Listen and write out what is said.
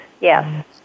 yes